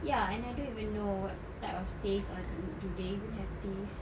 ya and I don't even know what type of taste or do they even have this